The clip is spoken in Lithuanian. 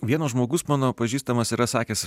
vienas žmogus mano pažįstamas yra sakęs